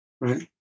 right